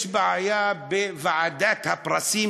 יש בעיה בוועדת הפרסים,